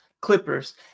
Clippers